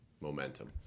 momentum